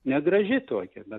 negraži tokia bet